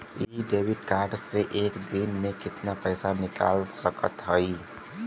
इ debit card से एक दिन मे कितना पैसा निकाल सकत हई?